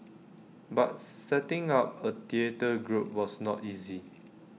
but setting up A theatre group was not easy